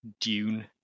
Dune